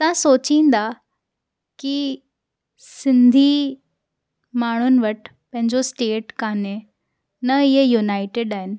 तव्हां सोचींदा की सिंधी माण्हुनि वटि पंहिंजो स्टेट काने न इहे यूनाइटेड आहिनि